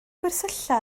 gwersylla